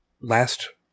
last